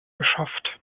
geschafft